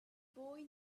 boy